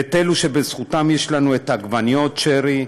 הם אלו שבזכותם יש לנו עגבניות שרי,